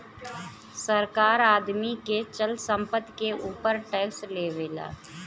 सरकार आदमी के चल संपत्ति के ऊपर टैक्स लेवेला